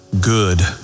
good